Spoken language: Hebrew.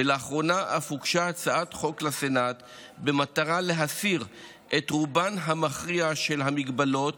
ולאחרונה אף הוגשה הצעת חוק לסנאט במטרה להסיר את רובן המכריע של ההגבלות